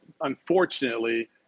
unfortunately